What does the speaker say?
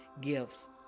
gifts